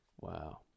Wow